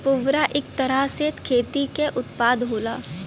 पुवरा इक तरह से खेती क उत्पाद होला